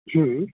جی